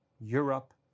Europe